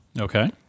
Okay